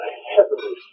heavenly